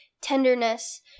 tenderness